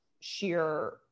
sheer